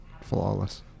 Flawless